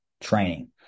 training